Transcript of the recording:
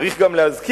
צריך גם להזכיר,